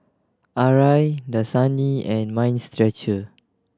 Arai Dasani and Mind Stretcher